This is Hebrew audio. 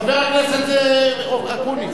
חבר הכנסת אקוניס.